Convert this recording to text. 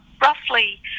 roughly